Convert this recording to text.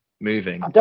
moving